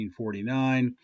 1949